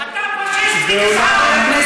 ואולם,